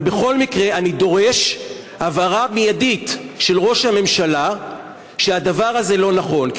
אבל בכל מקרה אני דורש הבהרה מיידית של ראש הממשלה שהדבר הזה לא נכון,